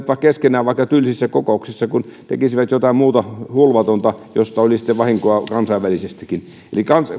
keskenään vaikka tylsissä kokouksissa kuin että ne tekisivät jotain muuta hulvatonta josta olisi sitten vahinkoa kansainvälisestikin eli